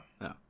no